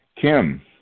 Kim